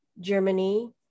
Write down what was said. Germany